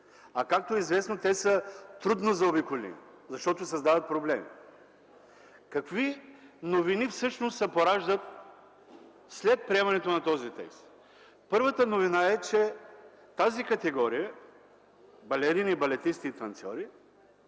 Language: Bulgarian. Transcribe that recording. А, както е известно, те са трудно заобиколими, защото създават проблеми. Какви новини всъщност се пораждат след приемането на този текст? Първата новина е, че тази категория – балерини, балетисти и танцьори,